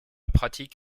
pratique